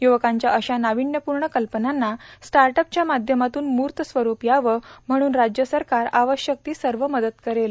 युवकांच्या अशा नाविण्यपूर्ण कल्पनांना स्टार्टअपच्या माध्यमातून मूर्त स्वरूप यावं म्हणून राज्य सरकार आवश्यक ती सर्व मदत करेल